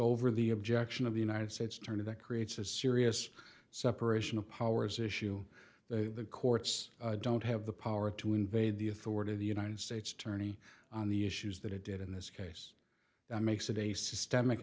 over the objection of the united states attorney that creates a serious separation of powers issue the courts don't have the power to invade the authority of the united states attorney on the issues that it did in this case that makes it a systemic